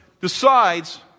decides